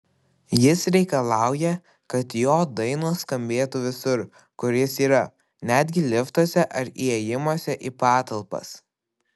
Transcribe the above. jis reikalauja kad jo dainos skambėtų visur kur jis yra netgi liftuose ar įėjimuose į patalpas